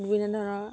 বিভিন্ন ধৰণৰ